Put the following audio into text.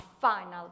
final